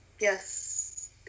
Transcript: Yes